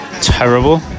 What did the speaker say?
terrible